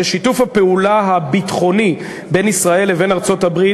שיתוף הפעולה הביטחוני בין ישראל ובין ארצות-הברית